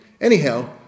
anyhow